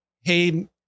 hey